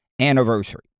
anniversary